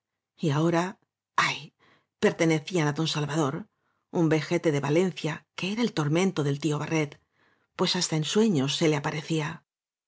y ahora ay pertenecían á don salvador un vejete de valencia que era el tormento del tío barret pues hasta en sueños se le aparecía